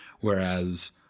Whereas